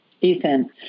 Ethan